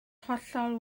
hollol